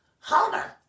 Homer